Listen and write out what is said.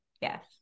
yes